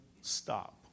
stop